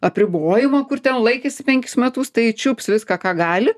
apribojimo kur ten laikėsi penkis metus tai čiups viską ką gali